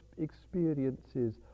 experiences